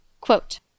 Quote